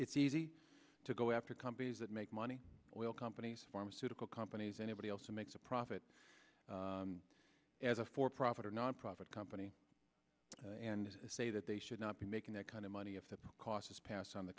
it's easy to go after companies that make money will companies pharmaceutical companies anybody else who makes a profit as a for profit or nonprofit company and say that they should not be making that kind of money if that cost is passed on the